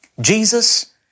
Jesus